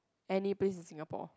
any place in Singapore